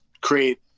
create